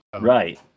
Right